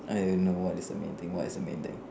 eh no what is a main thing what is a main thing